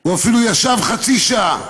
הוא אפילו ישב חצי שעה.